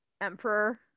emperor